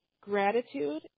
Gratitude